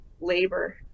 labor